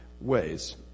ways